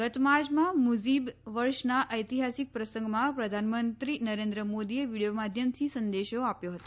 ગત માર્ચમાં મુઝિબ વર્ષના ઐતિહાસિક પ્રસંગમાં પ્રધાનમંત્રી નરેન્દ્ર મોદીએ વીડિયો માધ્યમથી સંદેશો આપ્યો હતો